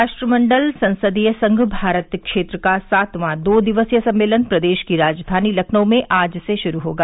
राष्ट्रमंडल संसदीय संघ भारत क्षेत्र का सातवां दो दिवसीय सम्मेलन प्रदेश की राजधानी लखनऊ में आज से शुरू होगा